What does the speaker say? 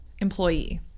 employee